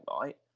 right